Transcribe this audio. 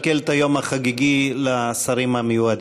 ואנחנו נקלקל את היום החגיגי לשרים המיועדים.